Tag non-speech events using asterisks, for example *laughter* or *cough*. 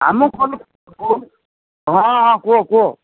*unintelligible* ହଁ ହଁ କୁହ କୁହ